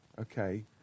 okay